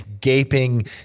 gaping